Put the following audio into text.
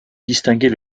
distinguer